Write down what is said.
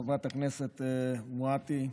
חברת הכנסת מואטי,